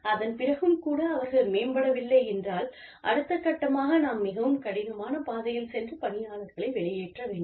அதன் பிறகும் கூட அவர்கள் மேம்படவில்லை என்றால் அடுத்தகட்டமாக நாம் மிகவும் கடினமான பாதையில் சென்று பணியாளர் களை வெளியேற்ற வேண்டும்